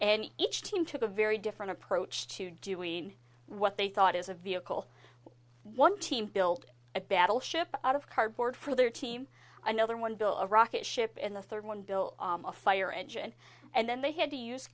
and each team took a very different approach to doing what they thought is a vehicle one team built a battleship out of cardboard for their team another one bill a rocket ship and the third one built a fire engine and then they had to use